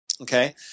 Okay